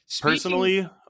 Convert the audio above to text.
Personally